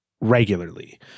regularly